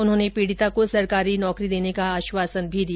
उन्होंने पीडिता को सरकारी नौकरी देने का आश्वासन भी दिया